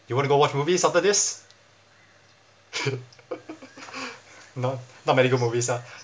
you want to go watch movies after this not not many good movies ah